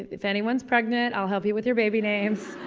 if anyone's pregnant, i'll help you with your baby names.